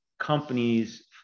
companies